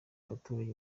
abaturajye